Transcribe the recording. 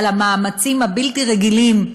על המאמצים הבלתי-רגילים,